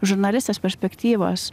žurnalistės perspektyvos